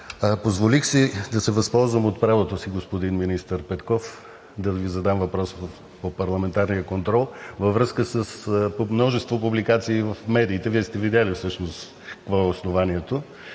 Позволих си да се възползвам от правото си, господин министър Петков, да Ви задам въпрос по парламентарния контрол във връзка с множество публикации в медиите. Вие сте видели всъщност какво е основанието.